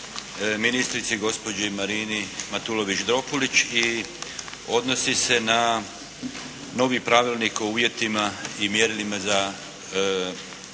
ministrici gospođi Marini Matulović-Dropulić i odnosi se na novi Pravilnik o uvjetima i mjerilima za